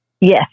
Yes